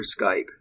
Skype